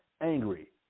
angry